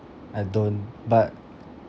I don't but